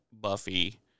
Buffy